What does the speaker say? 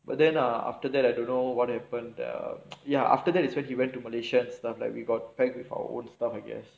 but then err after that I don't know what happen err ya after is when he went to malaysia and stuff like we got packed with our own stuff I guess